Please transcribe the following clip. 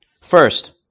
first